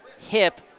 hip